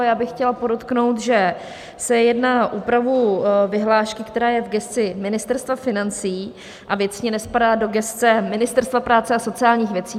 Já bych chtěla podotknout, že se jedná o úpravu vyhlášky, která je v gesci Ministerstva financí a věcně nespadá do gesce Ministerstva práce a sociálních věcí.